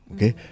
Okay